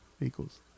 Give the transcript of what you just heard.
equals